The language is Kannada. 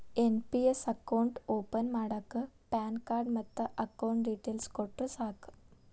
ಎನ್.ಪಿ.ಎಸ್ ಅಕೌಂಟ್ ಓಪನ್ ಮಾಡಾಕ ಪ್ಯಾನ್ ಕಾರ್ಡ್ ಮತ್ತ ಅಕೌಂಟ್ ಡೇಟೇಲ್ಸ್ ಕೊಟ್ರ ಸಾಕ